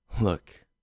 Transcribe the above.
Look